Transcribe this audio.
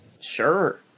Sure